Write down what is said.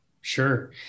Sure